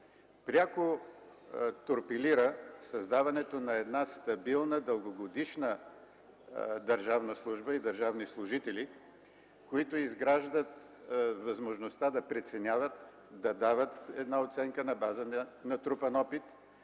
пряко торпилира създаването на стабилна държавна служба и стабилни държавни служители, които изграждат възможността да преценяват, да дават една оценка на база на натрупан опит